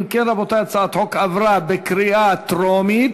אם כן, רבותי, הצעת החוק עברה בקריאה טרומית,